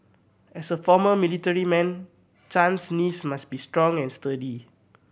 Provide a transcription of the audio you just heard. as a former military man Chan's knees must be strong and sturdy